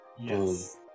Yes